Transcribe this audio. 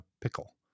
pickle